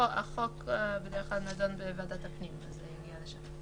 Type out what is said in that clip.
החוק בדרך כלל נדון בוועדת הפנים, זה עניין לשם.